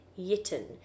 yitten